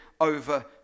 over